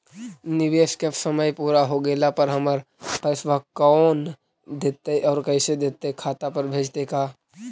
निवेश के समय पुरा हो गेला पर हमर पैसबा कोन देतै और कैसे देतै खाता पर भेजतै का?